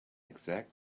exact